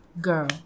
girl